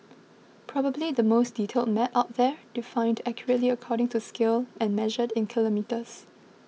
probably the most detailed map out there defined accurately according to scale and measured in kilometres